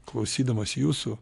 klausydamas jūsų